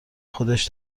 خودش